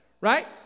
Right